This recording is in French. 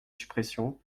suppression